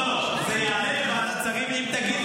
הוא אומר: אני נגד פוליגרף, זה ייפול